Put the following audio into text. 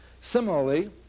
Similarly